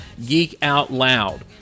geekoutloud